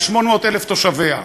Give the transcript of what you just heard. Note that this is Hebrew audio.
עם 800,000 תושביה: